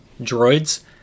droids